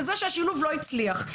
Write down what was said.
בזה שהשילוב לא הצליח.